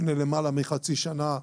לפני למעלה מחצי שנה,